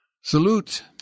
Salute